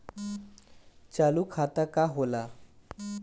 चालू खाता का होला?